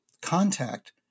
contact